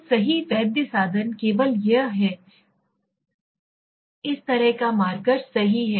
तो सही वैध साधन केवल यह है इस तरह का मार्कर सही है